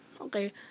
Okay